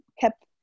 kept